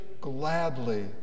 gladly